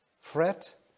Fret